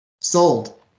Sold